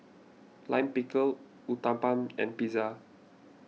Lime Pickle Uthapam and Pizza